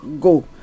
go